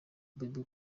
bebe